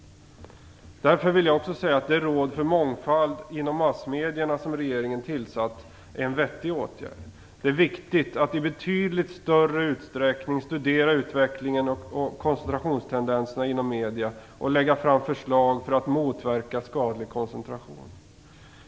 Det råd för mångfald inom massmedierna som regeringen har tillsatt är en vettig åtgärd. Det är viktigt att i betydligt större utsträckning studera utvecklingen och koncentrationstendenserna inom medier och lägga fram förslag för att motverka skadlig koncentration.